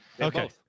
Okay